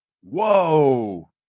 Whoa